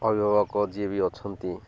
ଅଭିଭାବକ ଯିଏ ବି ଅଛନ୍ତି